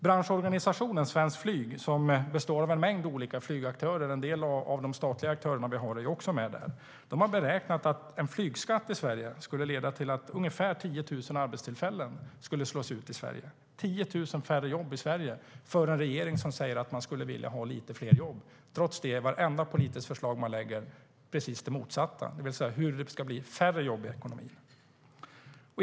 Branschorganisationen Svenskt Flyg består av en mängd olika flygaktörer. En del av de statliga aktörer vi har är också med där. Man har beräknat att en flygskatt i Sverige skulle leda till att ungefär 10 000 arbetstillfällen skulle försvinna i Sverige. Det skulle betyda 10 000 färre jobb i Sverige för en regering som säger att man vill ha lite fler jobb. Men vartenda politiskt förslag man lägger fram leder till det motsatta, det vill säga hur det ska bli färre jobb i ekonomin.